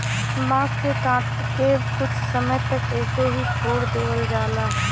बांस के काट के कुछ समय तक ऐसे ही छोड़ देवल जाला